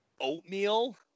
oatmeal